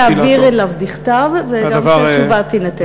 שכדאי להעביר אליו בכתב וגם שהתשובה תינתן בכתב.